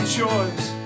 choice